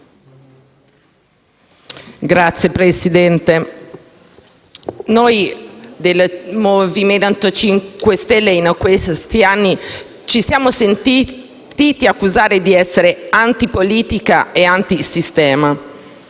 Signor Presidente, noi del Movimento 5 Stelle, in questi anni, ci siamo sentiti accusare di essere antipolitica ed antisistema,